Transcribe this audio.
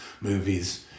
movies